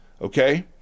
Okay